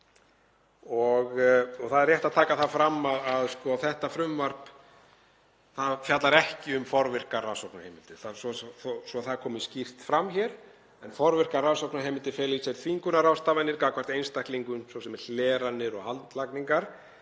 Það er rétt að taka það fram að þetta frumvarp fjallar ekki um forvirkar rannsóknarheimildir, svo það komi skýrt fram hér. Forvirkar rannsóknarheimildir fela í sér þvingunarráðstafanir gagnvart einstaklingum, svo sem hleranir og haldlagningar,